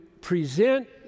present